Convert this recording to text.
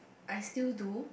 I still do